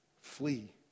Flee